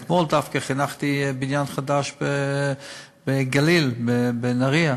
דווקא אתמול חנכתי בניין חדש בגליל, בנהריה,